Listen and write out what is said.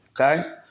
Okay